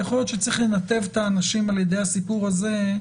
יכול להיות שצריך לנתב את האנשים על ידי הסיפור הזה,